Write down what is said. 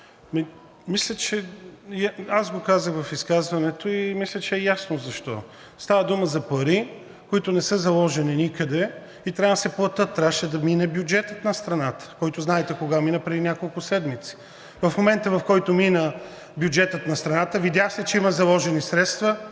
чак сега? Аз го казах в изказването и мисля, че е ясно защо. Става дума за пари, които не са заложени никъде и трябва да се платят. Трябваше да мине бюджетът на страната, който знаете кога мина – преди няколко седмици. В момента, в който мина бюджетът на страната, видя се, че има заложени средства,